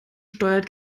steuert